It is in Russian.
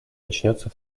начнется